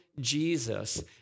Jesus